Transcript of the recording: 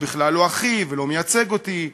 הוא בכלל לא אחי, ולא מייצג אותי,